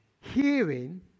hearing